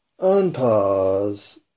Unpause